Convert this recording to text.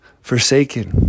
forsaken